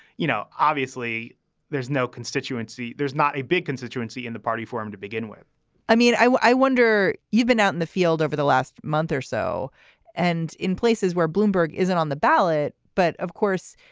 you know, obviously there's no constituency, there's not a big constituency in the party for him to begin with i mean, i i wonder, you've been out in the field over the last month or so and in places where bloomberg isn't on the ballot. but of course,